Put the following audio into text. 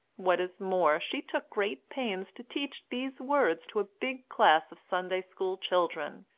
what is more, she took great pains to teach these words to a big class of sunday school children,